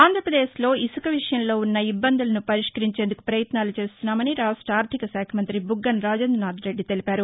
ఆంధ్రప్రదేశ్లో ఇసుక విషయంలో ఉన్న ఇబ్బందులను పరిష్కరించేందుకు ప్రయత్నాలు చేస్తున్నామని రాష్ట్ర ఆర్దిక శాఖ మంత్రి బుగ్గన రాజేంద్రనాథ్ రెడ్డి తెలిపారు